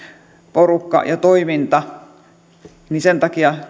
porukka ja toiminta ja sen takia